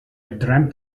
dreamt